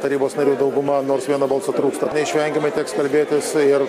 tarybos narių dauguma nors vieno balso trūksta neišvengiamai teks kalbėtis ir